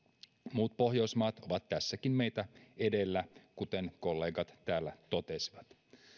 muut pohjoismaat ovat tässäkin meitä edellä kuten kollegat täällä totesivat